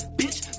bitch